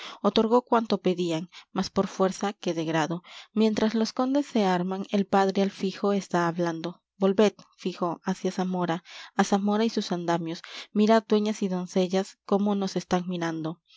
otorgó cuánto pedían más por fuerza que de grado mientras los condes se arman el padre al fijo está hablando volved fijo hacia zamora á zamora y sus andamios mirad dueñas y doncellas cómo nos están mirando